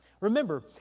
Remember